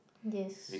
yes